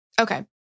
Okay